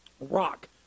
rock